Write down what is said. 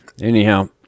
Anyhow